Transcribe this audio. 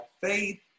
faith